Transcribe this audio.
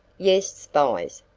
yes spies.